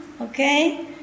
okay